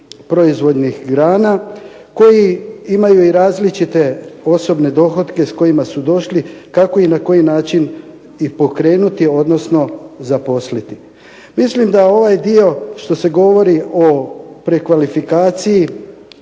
proizvodnih grana, koji imaju i različite osobne dohotke s kojima su došli kako i na koji način ih pokrenuti, odnosno zaposliti. Mislim da ovaj dio što se govori o prekvalifikaciji,